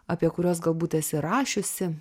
apie kuriuos galbūt esi rašiusi